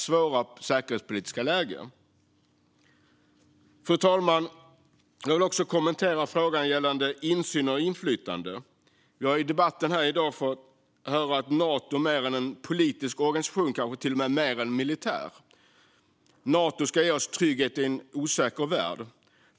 Fru talman! Jag vill också kommentera frågan gällande insyn och inflytande. Vi har i dagens debatt fått höra att Nato är en politisk organisation, kanske till och med mer än en militär sådan. Nato ska ge oss trygghet i en osäker värld.